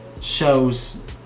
shows